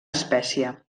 espècie